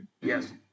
Yes